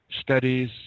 studies